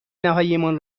نهاییمان